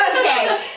Okay